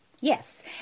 Yes